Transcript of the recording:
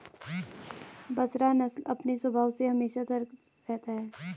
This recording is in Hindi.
बसरा नस्ल अपने स्वभाव से हमेशा सतर्क रहता है